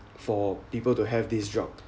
for people to have this job